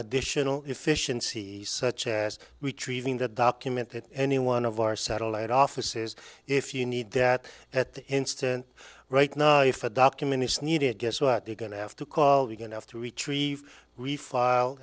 additional efficiencies such as retrieving that document that any one of our satellite offices if you need that at the instant right now if a document is needed guess what they're going to have to call you can have to retrieve refile